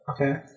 Okay